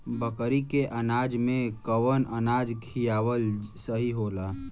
बकरी के अनाज में कवन अनाज खियावल सही होला?